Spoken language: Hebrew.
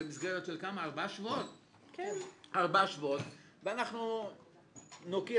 במסגרת של ארבעה שבועות ואנחנו נוקיר